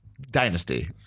Dynasty